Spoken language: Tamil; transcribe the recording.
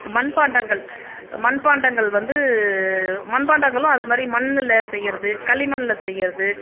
மண்பாண்டங்கள் மண்பாண்டங்கள் வந்து மண்பாண்டங்களும் அது மாதிரி மண்ணில் செய்கிறது களிமண்ணில் செய்கிறது